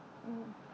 mm